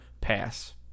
Pass